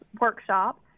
workshop